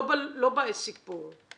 לא בעסק פה.